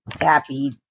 happy